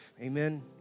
Amen